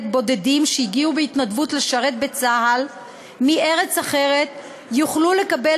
בודדים שהגיעו בהתנדבות לשרת בצה"ל מארץ אחרת יוכלו לקבל